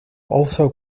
also